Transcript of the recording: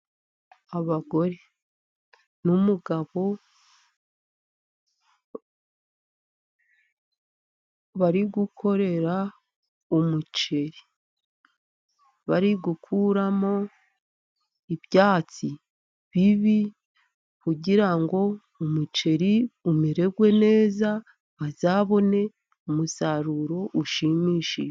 Abagore n'umugabo bari gukorera umuceri. Bari gukuramo ibyatsi bibi, kugira ngo umuceri umererwe neza, bazabone umusaruro ushimishije.